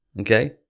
okay